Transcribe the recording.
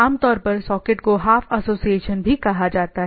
आमतौर पर सॉकेट को हाफ एसोसिएशन भी कहा जाता है